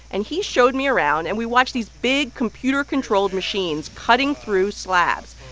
and he showed me around, and we watched these big, computer-controlled machines cutting through slabs.